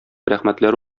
рәхмәтләр